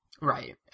Right